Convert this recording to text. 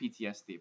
PTSD